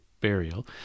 burial